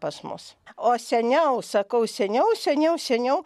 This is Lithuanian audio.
pas mus o seniau sakau seniau seniau seniau